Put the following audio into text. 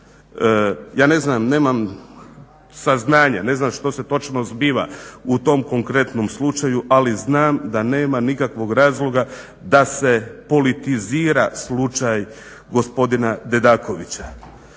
Ja ne znam, nemam saznanja, ne znam što se točno zbiva u tom konkretnom slučaju, ali znam da nema nikakvog razloga da se politilizira slučaj gospodina Dedakovića.